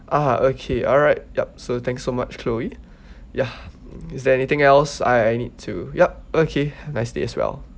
ah okay alright yup so thank so much chloe ya is there anything else I I need to yup okay nice day as well